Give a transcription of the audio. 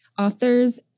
authors